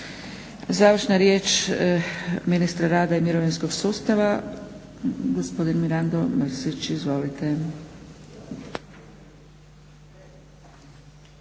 Završna riječ ministar rada i mirovinskog sustava gospodin Mirando Mrsić. Izvolite.